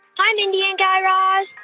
hi, mindy and guy raz.